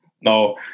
No